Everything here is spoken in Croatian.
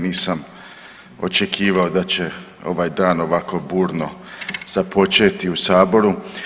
Nisam očekivao da će ovaj dan ovako burno započeti u saboru.